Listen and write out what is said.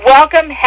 Welcome